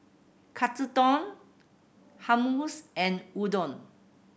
Katsudon Hummus and Udon